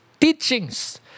teachings